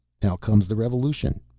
how comes the revolution?